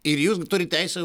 ir jūs turit teisę